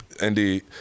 Indeed